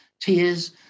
tears